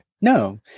No